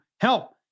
help